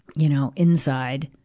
you know, inside,